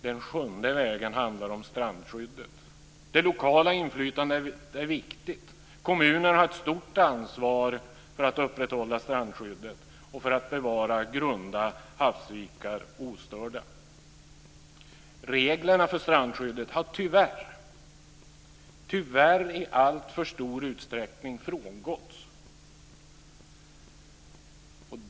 Den sjunde vägen handlar om strandskyddet. Det lokala inflytandet är viktigt. Kommunerna har ett stort ansvar för att upprätthålla strandskyddet och för att bevara grunda havsvikar ostörda. Reglerna för strandskyddet har tyvärr i alltför stor utsträckning frångåtts.